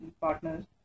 partners